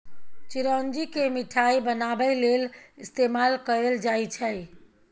चिरौंजी केँ मिठाई बनाबै लेल इस्तेमाल कएल जाई छै